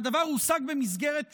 והדבר הושג במסגרת פשרה,